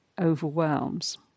overwhelms